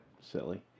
Silly